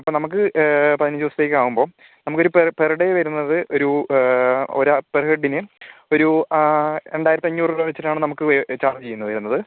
ഇപ്പം നമുക്ക് പതിനഞ്ച് ദിവസത്തേക്കാകുമ്പം നമുക്കൊരു പെർ പെർ ഡേ വരുന്നത് ഒരു ഒരു പെർ ഹെഡ്ഡിന് ഒരു രണ്ടായിരത്തഞ്ഞൂറ് രൂപ വെച്ചിട്ടാണ് നമുക്ക് വെ ചാർജ് ചെയ്ത് വരുന്നത്